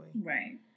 Right